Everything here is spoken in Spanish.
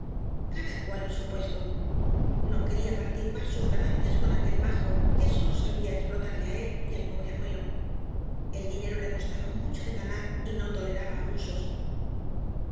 cada cual en bu cañas y barro puebto no quería partir más bus garanciae con aquel liiajo que eólo rama explotarle á él y al pobre abuelo el dídero le cobtaba mucho de ganar y no toleraba abusos